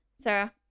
Sarah